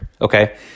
okay